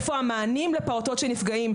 איפה המענים לפעוטות שנפגעים?